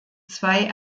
zwei